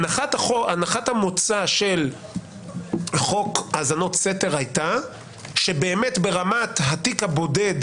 הנחת המוצא של חוק האזנות סתר הייתה שברמת התיק הבודד,